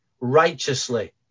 righteously